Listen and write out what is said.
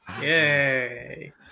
Yay